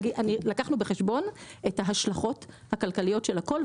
לקחנו בחשבון את ההשלכות הכלכליות של הכול,